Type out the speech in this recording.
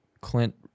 Clint